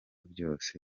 byose